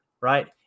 right